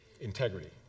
Integrity